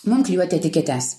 mum klijuoti etiketes